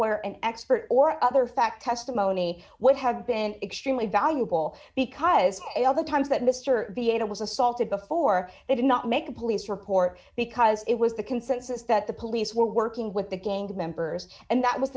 where an expert or other fact testimony what have been extremely valuable because all the times that mr vietnam was assaulted before they did not make a police report because it was the consensus that the police were working with the gang members and that was